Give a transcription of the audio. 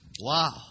Wow